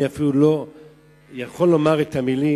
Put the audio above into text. אני אפילו לא יכול לומר את המלים,